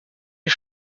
les